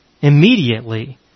Immediately